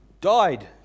died